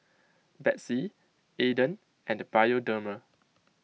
Betsy Aden and Bioderma